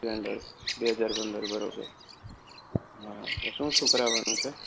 Splendor બે હજાર પંદર બરોબર હા શું શું કરાવાનું છે